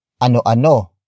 ano-ano